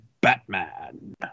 Batman